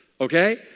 okay